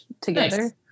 together